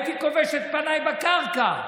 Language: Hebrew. הייתי כובש את פניי בקרקע.